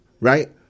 right